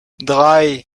drei